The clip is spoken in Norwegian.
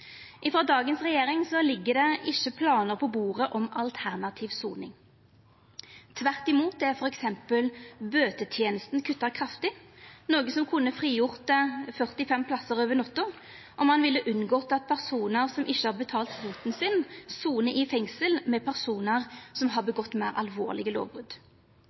dagens regjering ligg det ikkje planar på bordet om alternativ soning. Tvert imot vert f.eks. bøtetenesta kutta kraftig, noko som kunne ha frigjort 45 plassar over natta, og ein ville ha unngått at personar som ikkje har betalt bota si, sonar i fengsel saman med personar som har gjort seg skuldige i meir alvorlege lovbrot.